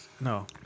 No